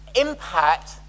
impact